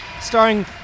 starring